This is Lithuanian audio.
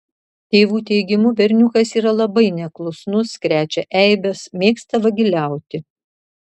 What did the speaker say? tėvų teigimu berniukas yra labai neklusnus krečia eibes mėgsta vagiliauti